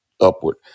upward